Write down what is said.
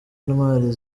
intwari